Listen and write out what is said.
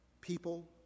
people